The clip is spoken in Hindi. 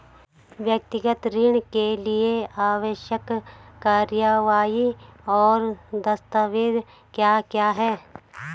व्यक्तिगत ऋण के लिए आवश्यक कार्यवाही और दस्तावेज़ क्या क्या हैं?